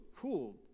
Cool